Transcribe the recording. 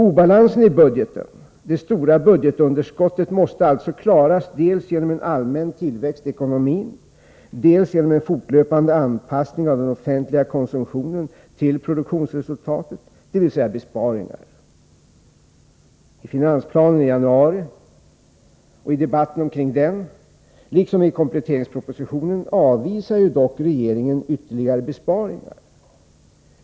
Obalansen i budgeten, det stora budgetunderskottet, måste alltså klaras, dels genom en allmän tillväxt i ekonomin, dels genom en fortlöpande anpassning av den offentliga konsumtionen till produktionsresultatet — dvs. besparingar. I finansplanen i januari och i debatten kring den, liksom i kompletteringspropositionen, avvisar dock regeringen ytterligare besparingar.